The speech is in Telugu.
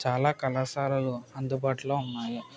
చాలా కళాశాలలు అందుబాటులో ఉన్నాయి